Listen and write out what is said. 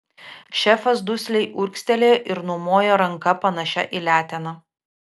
šefas dusliai urgztelėjo ir numojo ranka panašia į leteną